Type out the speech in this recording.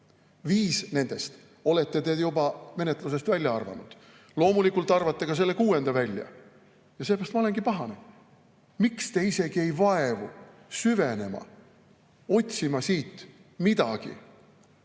viis nendest olete te juba menetlusest välja arvanud, loomulikult arvate ka kuuenda välja. Sellepärast ma olengi pahane. Miks te isegi ei vaevu süvenema, otsima siit midagi,